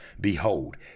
Behold